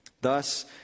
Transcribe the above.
Thus